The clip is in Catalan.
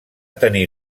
tenir